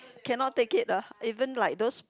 cannot take it ah even like those